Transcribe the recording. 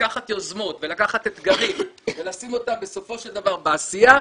ולקחת יוזמות ולקחת אתגרים ולשים אותם בסופו של דבר בעשייה,